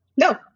No